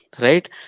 right